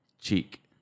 Cheek